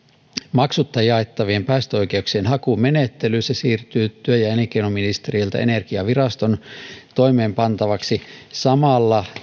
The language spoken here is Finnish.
maksutta jaettavien päästöoikeuksien hakumenettely se siirtyy työ ja ja elinkeinoministeriöltä energiaviraston toimeenpantavaksi ja samalla